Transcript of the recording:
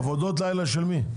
עבודות לילה של מי?